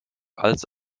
als